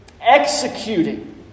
executing